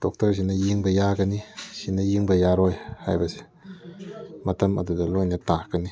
ꯗꯣꯛꯇꯔꯁꯤꯅ ꯌꯦꯡꯕ ꯌꯥꯒꯅꯤ ꯁꯤꯅ ꯌꯦꯡꯕ ꯌꯥꯔꯣꯏ ꯍꯥꯏꯕꯁꯦ ꯃꯇꯝ ꯑꯗꯨꯗ ꯂꯣꯏꯅ ꯇꯥꯛꯀꯅꯤ